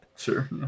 Sure